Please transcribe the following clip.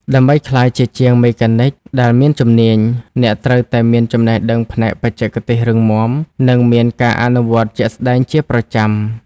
ដើម្បីក្លាយជាជាងមេកានិកដែលមានជំនាញ អ្នកត្រូវតែមានចំណេះដឹងផ្នែកបច្ចេកទេសរឹងមាំ និងមានការអនុវត្តជាក់ស្តែងជាប្រចាំ។